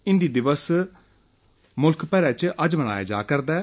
हिन्दी दिवस मुल्ख भरे च अज्ज मनाया जा करदा ऐ